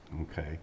okay